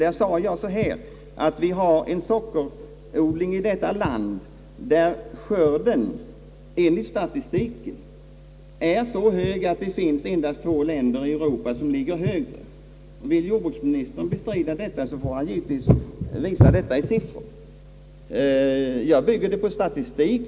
Där sade jag att vi har en sockerodling i detta land där skörden enligt statistiken är så hög att det endast finns två länder i Europa som ligger högre. Vill jordbruksministern bestrida detta, så får han givetvis komma med belägg. Jag bygger mitt påstående på statistik.